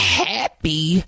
happy